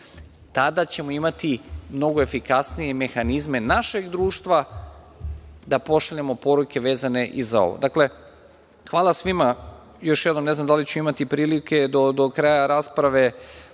Tada ćemo imati mnogo efikasnije mehanizme našeg društva da pošaljemo poruke vezane i za ovo. Dakle, hvala svima još jednom. Ne znam da li ću imati prilike do kraja rasprave